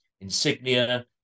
insignia